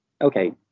okay